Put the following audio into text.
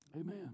Amen